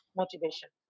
motivation